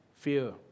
Fear